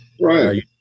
Right